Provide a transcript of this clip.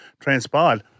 transpired